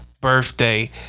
birthday